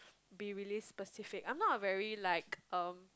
be really specific I'm not a very like um